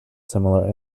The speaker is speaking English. similar